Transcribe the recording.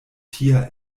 tia